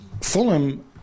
Fulham